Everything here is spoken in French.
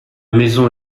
maison